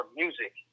music